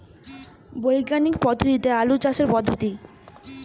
বিজ্ঞানিক পদ্ধতিতে আলু চাষের পদ্ধতি?